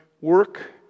work